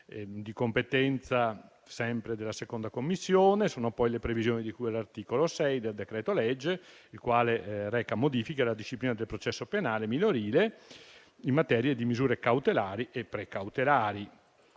di competenza della 2a Commissione sono le previsioni di cui all'articolo 6 del decreto-legge, il quale reca modifiche alla disciplina del processo penale minorile in materia di misure cautelari e precautelari.